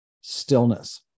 stillness